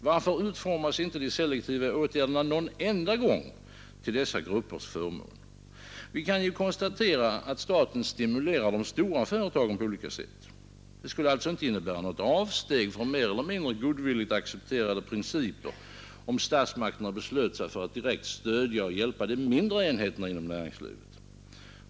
Varför utformas inte de selektiva åtgärderna någon enda gång till dessa gruppers förmån? Vi kan ju konstatera att staten stimulerar de stora företagen på olika sätt. Det skulle alltså inte innebära någon avsteg från mer eller mindre godvilligt accepterade principer, om statsmakterna beslöt sig för att direkt stödja och hjälpa de mindre enheterna inom näringslivet.